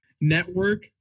Network